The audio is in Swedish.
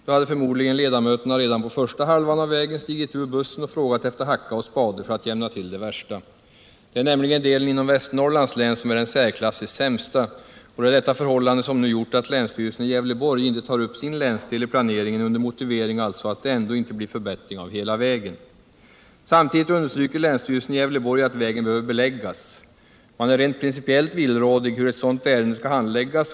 Då hade de förmodligen halvvägs stigit ur bussen eller bilen och frågat efter hacka och spade för att kunna jämna till det värsta. Det är nämligen den del som ligger i Västernorrlands län som är den särklassigt sämsta, och det är detta förhållande som gjort att länsstyrelsen i Gävleborgs län inte tagit upp sin länsdel vid planeringen. Motiveringen är den att det ändå inte blir någon förbättring av hela vägen. Samtidigt understryker länsstyrelsen i Gävleborgs län att vägen behöver beläggas. Man är villrådig när det gäller frågan om hur ett sådant ärende principiellt bör handläggas.